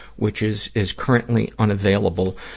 which is, is currently unavailable.